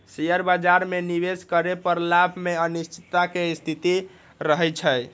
share बाजार में निवेश करे पर लाभ में अनिश्चितता के स्थिति रहइ छइ